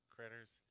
Critters